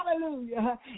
hallelujah